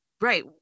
right